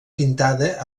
pintada